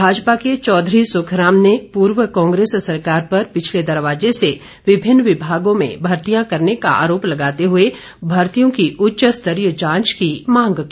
भाजपा के चौधरी सुखराम ने पूर्व कांग्रेस सरकार पर पिछले दरवाजे से विभिन्न विभागों में भर्तियां करने का आरोप लगाते हुए भर्तियों की उच्च स्तरीय जांच की मांग की